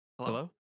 Hello